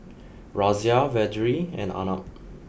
Razia Vedre and Arnab